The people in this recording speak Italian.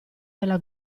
della